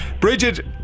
Bridget